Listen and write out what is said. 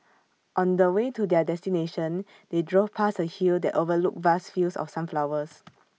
on the way to their destination they drove past A hill that overlooked vast fields of sunflowers